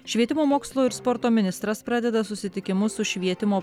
švietimo mokslo ir sporto ministras pradeda susitikimus su švietimo